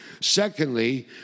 Secondly